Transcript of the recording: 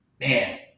Man